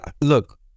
look